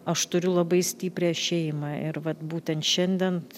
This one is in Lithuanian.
aš turiu labai stiprią šeimą ir vat būtent šiandien